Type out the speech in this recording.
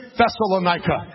Thessalonica